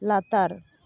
ᱞᱟᱛᱟᱨ